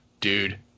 dude